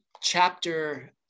chapter